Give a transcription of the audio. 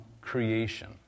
creation